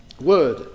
word